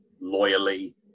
loyally